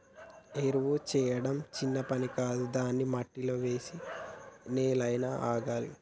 ఎరువు చేయడం చిన్న పని కాదు దాన్ని మట్టిలో వేసి నెల అయినా ఆగాలి